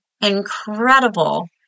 incredible